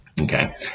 Okay